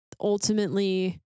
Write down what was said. ultimately